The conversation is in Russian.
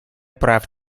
прав